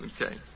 Okay